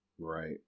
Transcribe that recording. Right